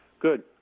Good